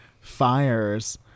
fires